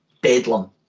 bedlam